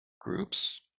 groups